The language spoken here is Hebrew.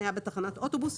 על חניה בתחנת אוטובוס,